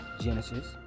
Genesis